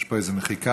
פה איזושהי מחיקה.